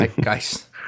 guys